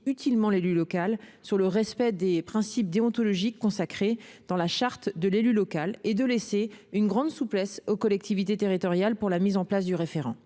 utilement l'élu local sur le respect des principes déontologiques consacrés dans la charte de l'élu local, d'autre part, de laisser une grande souplesse aux collectivités territoriales pour la mise en place du référent.